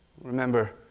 Remember